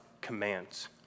commands